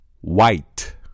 White